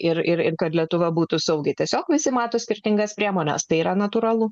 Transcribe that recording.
ir ir kad lietuva būtų saugi tiesiog visi mato skirtingas priemones tai yra natūralu